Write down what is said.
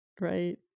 right